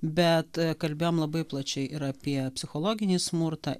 bet kalbėjom labai plačiai ir apie psichologinį smurtą